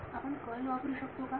विद्यार्थी आपण कर्ल वापरू शकतो का